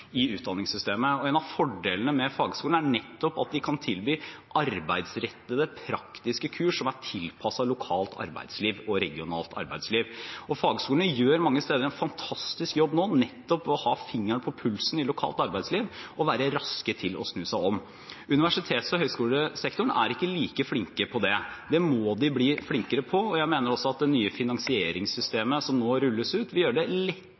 utdanningssystemet i dag. En av fordelene med fagskolene er nettopp at de kan tilby arbeidsrettede, praktiske kurs som er tilpasset lokalt arbeidsliv og regionalt arbeidsliv. Fagskolene mange steder gjør nå en fantastisk jobb, nettopp ved å ha fingeren på pulsen i lokalt arbeidsliv og være raske til å snu seg om. Universitets- og høyskolesektoren er ikke like flinke til det. Det må de bli flinkere til. Jeg mener også at det nye finansieringssystemet som nå rulles ut, vil gjøre det